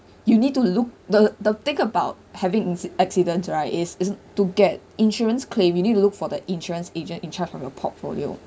you need to look the the think about having inci~ accidents right is isn't to get insurance claim you need to look for the insurance agent in charge of your portfolio